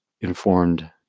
informed